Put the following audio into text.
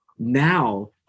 Now